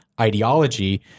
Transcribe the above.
ideology